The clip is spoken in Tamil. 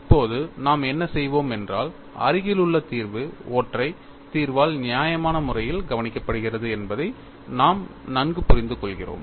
இப்போது நாம் என்ன செய்வோம் என்றால் அருகிலுள்ள தீர்வு ஒற்றை தீர்வால் நியாயமான முறையில் கவனிக்கப்படுகிறது என்பதை நாம் நன்கு புரிந்துகொள்கிறோம்